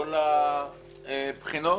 מכל הבחינות